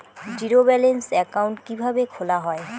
Zero balance account কিভাবে খোলা হয়?